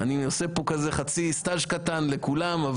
אני עושה פה חצי סטאז', לכולם.